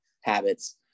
habits